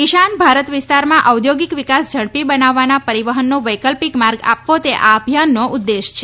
ઈશાન ભારત વિસ્તારમાં ઔદ્યોગિક વિકાસ ઝડપી બનાવવા પરિવહનનો વૈકલ્પિક માર્ગ આપવો તે આ અભિયાનનો ઉદ્દેશ છે